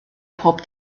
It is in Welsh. pob